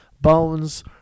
Bones